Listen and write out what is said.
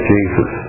Jesus